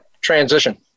transition